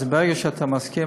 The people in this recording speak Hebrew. אז ברגע שאתה מסכים,